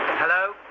hello,